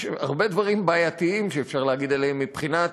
יש הרבה דברים בעייתיים שאפשר להגיד עליהם, מבחינת